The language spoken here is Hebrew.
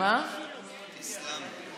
תוסיפי אותי.